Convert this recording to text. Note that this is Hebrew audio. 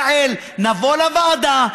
יעל: נבוא לוועדה,